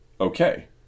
okay